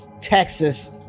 Texas